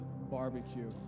barbecue